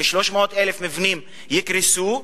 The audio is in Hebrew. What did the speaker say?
כ-300,000 מבנים יקרסו,